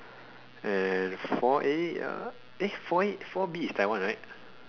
and four A uh eh four A four B is Taiwan right